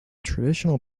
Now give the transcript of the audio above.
traditional